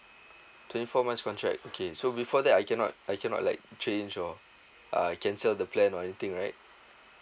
twenty four month contract okay so before that I cannot I cannot like change or uh cancel the plan or anything right